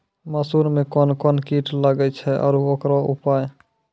मसूर मे कोन कोन कीट लागेय छैय आरु उकरो उपाय?